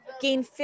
gain